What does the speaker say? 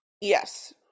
Yes